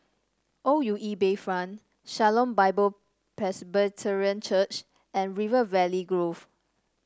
O U E Bayfront Shalom Bible Presbyterian Church and River Valley Grove